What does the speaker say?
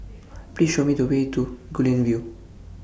Please Show Me The Way to Guilin View